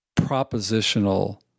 propositional